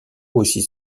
aussi